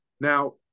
Now